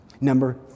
Number